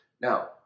Now